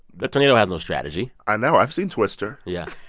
a tornado has no strategy i know. i've seen twister. yeah